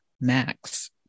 Max